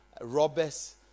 robbers